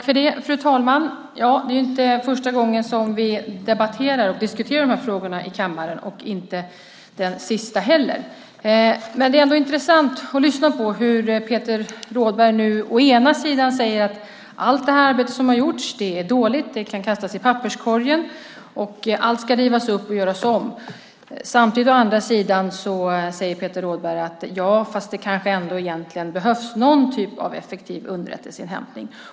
Fru talman! Det är inte första gången vi debatterar dessa frågor i kammaren, och det är inte den sista heller. Men det är ändå intressant att lyssna på hur Peter Rådberg nu å ena sidan säger att allt arbete som har gjorts är dåligt och kan kastas i papperskorgen - allt ska rivas upp och göras om - samtidigt som han å andra sidan säger att det egentligen behövs någon typ av effektiv underrättelseinhämtning.